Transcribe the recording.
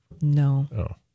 No